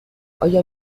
آیا